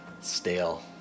Stale